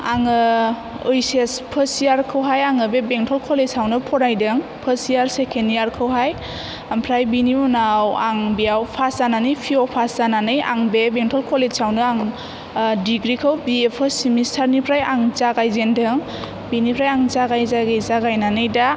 आङो ओइस एस फार्स्ट इयार खौहाय आङो बे बेंटल कलेजावनो फरायदों फार्स्ट इयार सेकेन्द इयार खौहाय ओमफ्राय बिनि उनाव आं बेयाव फास जानानै फिअ फास जानानै आं बे बेंटल कलेजावनो आं डिग्रिखौ बिए फार्स्ट सेमेस्टार निफ्राय आं जागायजेन्दों बेनिफ्राय आं जागायै जागायै जागायनानै दा